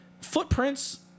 footprints